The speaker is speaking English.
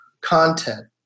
content